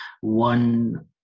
One